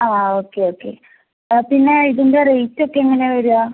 ആ ആ okay okay പിന്നെ ഇതിൻ്റെ റേറ്റൊക്കെ എങ്ങനെ വരുക